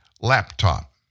laptop